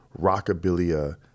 Rockabilia